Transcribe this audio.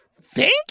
thank